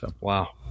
Wow